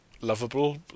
Lovable